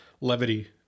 levity